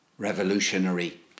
Revolutionary